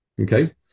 Okay